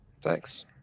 Thanks